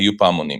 היו פעמונים.